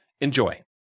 Enjoy